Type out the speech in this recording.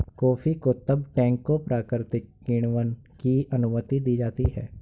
coffee को तब टैंकों प्राकृतिक किण्वन की अनुमति दी जाती है